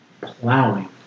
Plowing